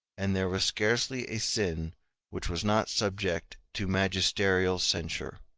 and there was scarcely a sin which was not subject to magisterial censure.